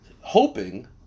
Hoping